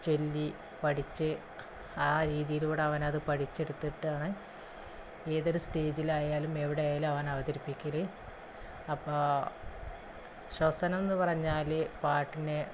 ചൊല്ലി പഠിച്ച് ആ രീതിയിലൂടെ അവനത് പഠിച്ചെടുത്തിട്ടാണ് ഏതൊരു സ്റ്റേജിലായാലും എവിടെയായാലും അവന് അവതരിപ്പിക്കല് അപ്പോൾ ശ്വസനമെന്നു പറഞ്ഞാൽ പാട്ടിനെ